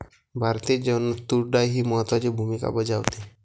भारतीय जेवणात तूर डाळ ही महत्त्वाची भूमिका बजावते